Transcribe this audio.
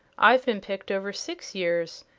i've been picked over six years,